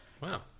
Wow